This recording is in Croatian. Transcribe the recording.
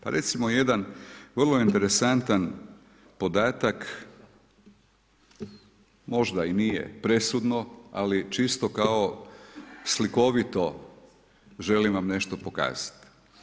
Pa recimo jedan vrlo interesantan podatak, možda i nije presudno, ali čisto kao slikovito želim vam nešto pokazati.